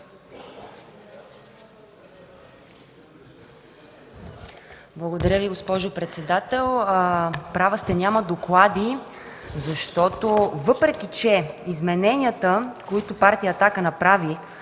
Благодаря, госпожо председател. Права сте, няма доклади, защото въпреки измененията, които партия „Атака” направи